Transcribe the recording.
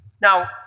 Now